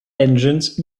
engines